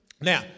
Now